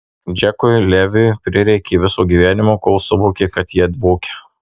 džekui leviui prireikė viso gyvenimo kol suvokė kad jie dvokia